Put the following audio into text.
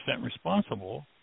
responsible